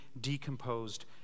decomposed